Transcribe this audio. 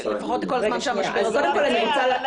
לפחות כל זמן שהמשבר נמשך.